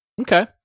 Okay